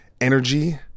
energy